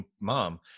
mom